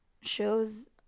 shows